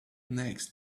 next